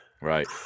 Right